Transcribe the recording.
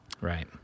Right